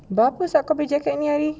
buat apa kau beli jacket ini hari